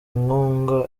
nkunga